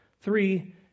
three